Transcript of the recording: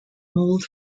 mould